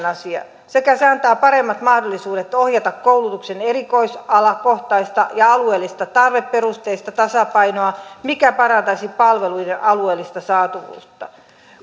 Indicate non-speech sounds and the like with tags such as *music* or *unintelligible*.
*unintelligible* asia sekä antaa paremmat mahdollisuudet ohjata koulutuksen erikoisalakohtaista ja alueellista tarveperusteista tasapainoa mikä parantaisi palveluiden alueellista saatavuutta